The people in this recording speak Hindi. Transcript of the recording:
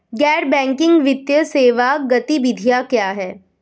गैर बैंकिंग वित्तीय सेवा गतिविधियाँ क्या हैं?